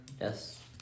Yes